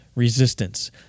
resistance